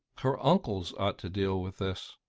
her uncles ought to deal with this,